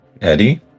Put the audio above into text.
Eddie